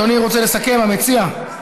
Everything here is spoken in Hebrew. אדוני רוצה לסכם, המציע?